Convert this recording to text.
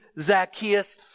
Zacchaeus